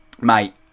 mate